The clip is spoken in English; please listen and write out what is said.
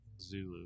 Zulu